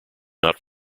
not